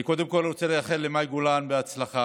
אני קודם כול רוצה לאחל למאי גולן הצלחה.